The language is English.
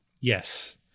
yes